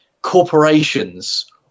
corporations